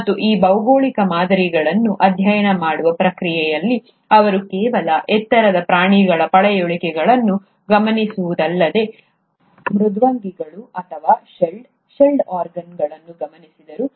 ಮತ್ತು ಈ ಭೌಗೋಳಿಕ ಮಾದರಿಗಳನ್ನು ಅಧ್ಯಯನ ಮಾಡುವ ಪ್ರಕ್ರಿಯೆಯಲ್ಲಿ ಅವರು ಕೇವಲ ಎತ್ತರದ ಪ್ರಾಣಿಗಳ ಪಳೆಯುಳಿಕೆಗಳನ್ನು ಗಮನಿಸಿವುದಲ್ಲದೆ ಮೃದ್ವಂಗಿಗಳು ಅಥವಾ ಶೆಲ್ಡ್ ಶೆಲ್ಡ್ ಆರ್ಗಾನ್ಗಳನ್ನು ಗಮನಿಸಿದರು